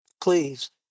Please